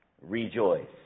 Rejoice